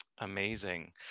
Amazing